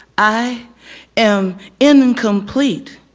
i am incomplete.